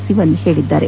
ಶಿವನ್ ಹೇಳಿದ್ದಾರೆ